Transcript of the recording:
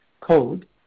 code